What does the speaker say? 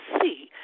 see